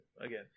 again